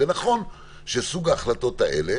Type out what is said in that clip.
זה נכון שסוג ההחלטות האלה,